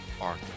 Arthur